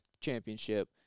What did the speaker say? championship